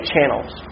channels